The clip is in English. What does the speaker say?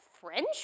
French